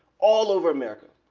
all over america.